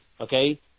okay